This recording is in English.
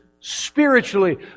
spiritually